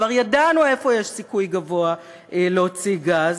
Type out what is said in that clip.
כבר ידענו איפה יש סיכוי גבוה להוציא גז,